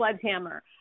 sledgehammer